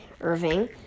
Irving